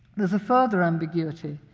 there's a further ambiguity,